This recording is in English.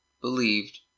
believed